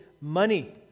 money